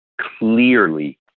clearly